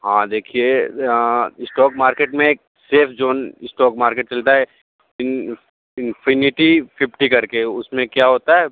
हाँ देखिए stock market में एक सेफ ज़ोन स्टॉक मार्केट चलता है इन इंफिनिटी फिफ्टी करके उसमें क्या होता है